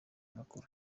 macron